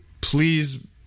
please